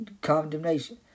condemnation